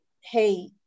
hey